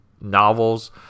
novels